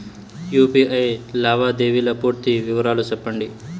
UPI లావాదేవీల పూర్తి వివరాలు సెప్పండి?